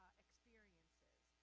experiences.